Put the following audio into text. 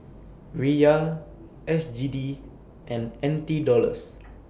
Riyal S G D and N T Dollars